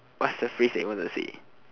what's the phrase that you wanted to say